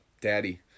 Daddy